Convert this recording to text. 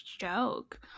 joke